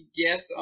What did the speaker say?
guess